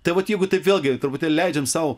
tai vat jeigu taip vėlgi truputėlį leidžiam sau